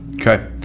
Okay